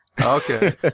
Okay